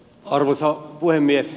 arvoisa puhemies